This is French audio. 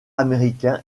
américain